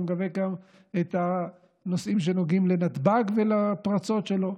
אני מקווה גם את הנושאים שנוגעים לנתב"ג ולפרצות שלו,